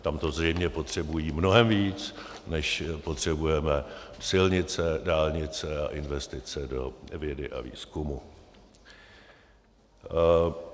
Tam to zřejmě potřebují mnohem víc, než potřebujeme silnice, dálnice a investice do vědy a výzkumu.